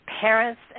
parents